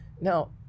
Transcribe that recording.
Now